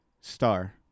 star